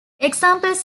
examples